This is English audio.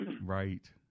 Right